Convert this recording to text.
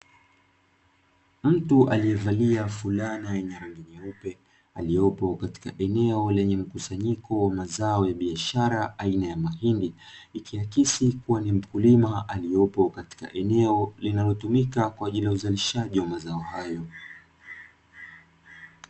Mtu aliyevalia fulana yenye rangi nyeupe, aliyepo katika eneo lenye mkusanyiko wa mazao ya biashara aina ya mahindi, ikiakisi kuwa ni mkulima aliyopo katika eneo linalotumika kwa ajili ya uzalishaji wa mazao hayo.